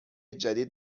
جدید